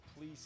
please